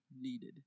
needed